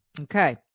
Okay